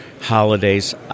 holidays